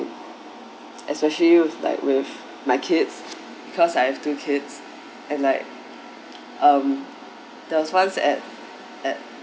especially like with my kids because I have two kids and like um there was once at at